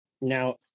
Now